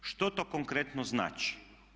Što to konkretno znači?